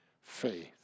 faith